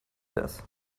das